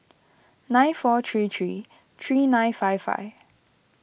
nine four three three three nine five five